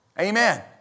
Amen